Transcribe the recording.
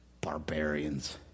barbarians